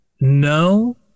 No